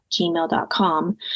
gmail.com